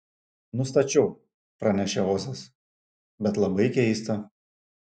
nustačiau pranešė ozas bet labai keista